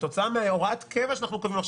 כתוצאה מהוראת קבע שאנחנו קובעים עכשיו